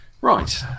Right